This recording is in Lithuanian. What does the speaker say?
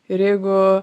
ir jeigu